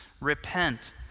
repent